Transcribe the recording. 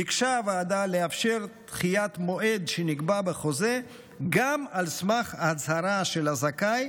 ביקשה הוועדה לאפשר דחיית מועד שנקבע בחוזה גם על סמך הצהרה של הזכאי